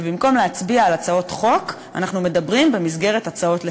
ובמקום להצביע על הצעות חוק אנחנו מדברים במסגרת הצעות לסדר-היום.